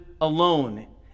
alone